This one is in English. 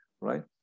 right